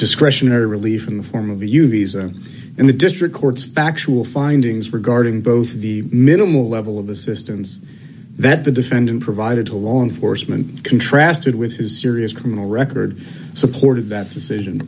discretionary relief in the form of the u v s in the district court's factual findings regarding both the minimal level of assistance that the defendant provided to law enforcement contrasted with his serious criminal record supported that decision